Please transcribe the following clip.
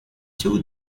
two